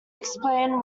explain